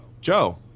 Joe